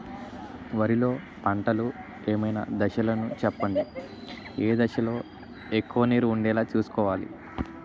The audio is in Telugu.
వరిలో పంటలు ఏమైన దశ లను చెప్పండి? ఏ దశ లొ ఎక్కువుగా నీరు వుండేలా చుస్కోవలి?